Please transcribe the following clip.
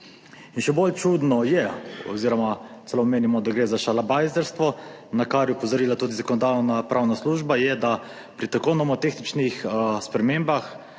še bolj čudno je oziroma celo menimo, da gre za šalabajzerstvo, na kar je opozorila tudi Zakonodajno-pravna služba, da pri nomotehničnih spremembah